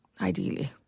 ideally